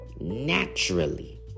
naturally